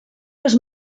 los